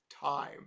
time